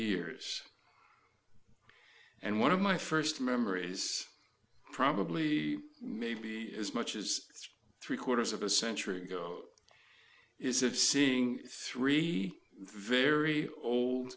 years and one of my first memories probably maybe as much as three quarters of a century ago is of seeing three very old